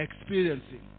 experiencing